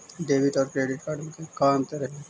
Debit और credit card में का अंतर है?